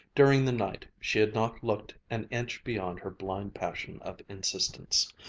during the night, she had not looked an inch beyond her blind passion of insistence.